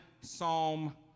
Psalm